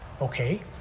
Okay